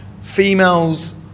Females